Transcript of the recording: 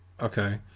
Okay